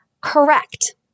Correct